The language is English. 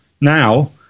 now